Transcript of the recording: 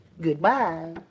Goodbye